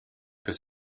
peut